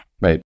Right